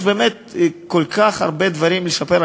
יש באמת כל כך הרבה דברים לשפר.